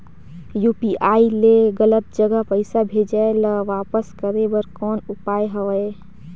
UPI ले गलत जगह पईसा भेजाय ल वापस करे बर कौन उपाय हवय?